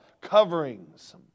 coverings